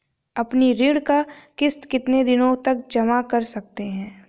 अपनी ऋण का किश्त कितनी दिनों तक जमा कर सकते हैं?